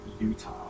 Utah